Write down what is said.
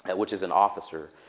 which is an officer.